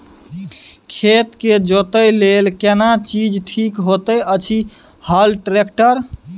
खेत के जोतय लेल केना चीज ठीक होयत अछि, हल, ट्रैक्टर?